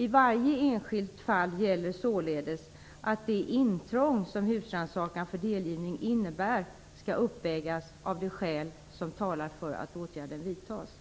I varje enskilt fall gäller således att det intrång som husrannsakan för delgivning innebär skall uppvägas av de skäl som talar för att åtgärden vidtas.